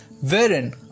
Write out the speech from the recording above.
wherein